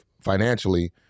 financially